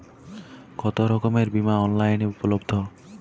কতোরকমের বিমা অনলাইনে উপলব্ধ?